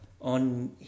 on